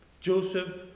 Joseph